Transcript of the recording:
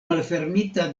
malfermita